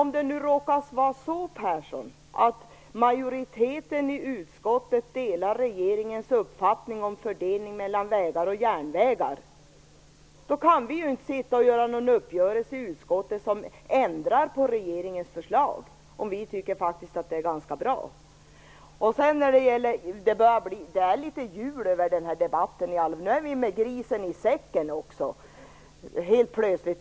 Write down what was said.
Om det nu råkar var så, Karl-Erik Persson, att majoriteten i utskottet delar regeringens uppfattning om fördelning mellan vägar och järnvägar, kan vi inte sitta och göra en uppgörelse i utskottet som ändrar på regeringens förslag, om vi faktiskt tycker att det är ganska bra. Det är litet jul över den här debatten. Här har vi helt plötsligt med grisen i säcken också.